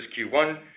Q1